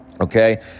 Okay